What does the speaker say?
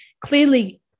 Clearly